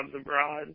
abroad